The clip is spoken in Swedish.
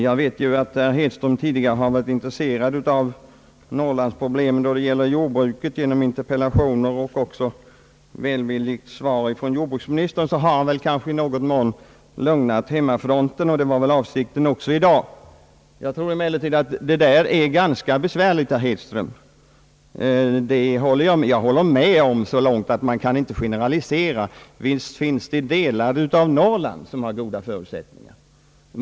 Jag vet ju att herr Hedström tidigare har varit intresserad av norrlandsproblemen när det gäller jordbruket, och genom interpellationer och även välvilliga svar från jordbruksministern har han kanske i någon mån trott sig lugna hemmafronten, vilket väl var avsikten även i dag. Jag tror emellertid att detta är ganska besvärligt, herr Hedström! Jag håller med om att man inte kan generalisera, och visst finns det delar av Norrland som har goda förutsättningar.